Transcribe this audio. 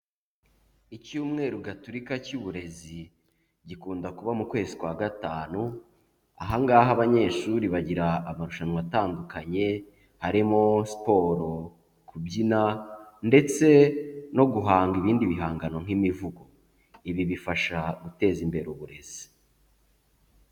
Icyumweru gatulika cy'uburezi, gikunda kuba mu kwezi kwa gatanu, aha ngaha abanyeshuri bagira amarushanwa atandukanye, harimo siporo, kubyina ndetse no guhanga ibindi bihangano nk'imivugo, ibi bifasha guteza imbere uburezi.